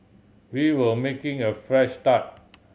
we were making a fresh start